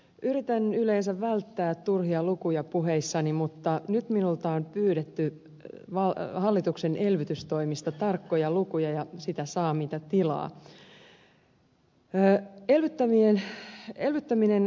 yritän yleensä välttää turhia lukuja puheissani mutta nyt minulta on pyydetty hallituksen elvytystoimista tarkkoja lukuja ja sitä saa mitä tilaa